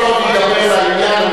כל עוד ידבר לעניין,